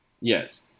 Yes